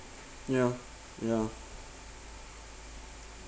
ya ya